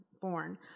born